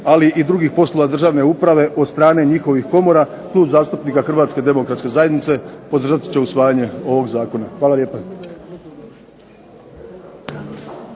ali drugih poslova državne uprave od strane njihovih komora, Klub zastupnika HDZ-a podržat će usvajanje ovog Zakona. Hvala lijepa.